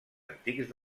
antics